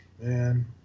Man